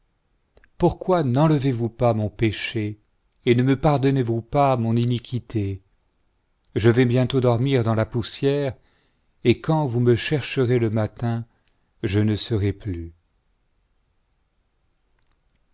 pourquoi n'enlevez-vous pas mon péché et ne me pardonnez-vous pas mon iniquité je vais bientôt dormir dans la poussière et quand vous me chercherez le matin je ne serai plus